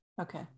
Okay